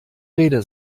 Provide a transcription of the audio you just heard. rede